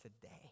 today